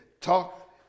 talk